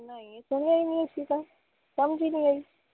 ਨਹੀਂ ਸੁਣਿਆ ਹੀ ਨਹੀਂ ਅਸੀਂ ਤਾਂ ਸਮਝ ਹੀ ਨਹੀਂ ਆਈ